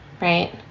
right